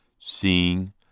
seeing